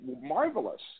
marvelous